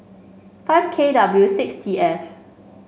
five K W six T F